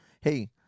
Hey